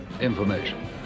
Information